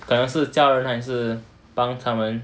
好像是教人还是帮他们